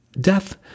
death